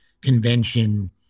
convention